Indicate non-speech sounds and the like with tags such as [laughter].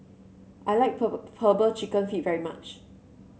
I like [unintelligible] herbal chicken feet very much